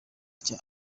cya